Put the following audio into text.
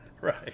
Right